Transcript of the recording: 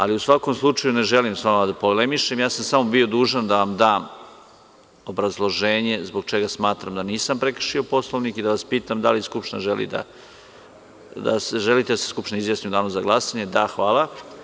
Ali, u svakom slučaju, ne želim sa vama da polemišem, ja sam samo bio dužan da vam dam obrazloženje zbog čega smatram da nisam prekršio Poslovnik i da vas pitam da li želite da se Skupština izjasni u Danu za glasanje? (Da.) Hvala.